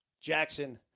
Jackson